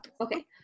okay